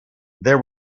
there